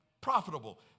Profitable